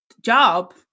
job